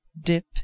dip